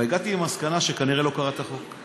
אבל הגעתי למסקנה שכנראה לא קראת את החוק.